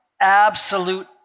absolute